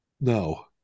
No